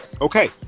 okay